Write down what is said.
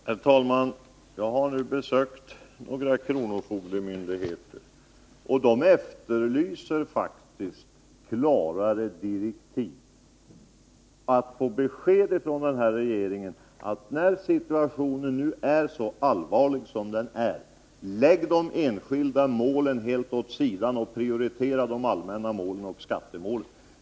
Herr talman! Jag har besökt några kronofogdemyndigheter, och de efterlyser faktiskt klarare direktiv. De vill få besked från den här regeringen om att de, när situationen är så allvarlig som den är, skall kunna lägga de enskilda målen helt åt sidan och prioritera de allmänna målen och skattemålen.